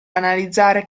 analizzare